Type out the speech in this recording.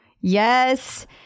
Yes